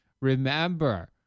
Remember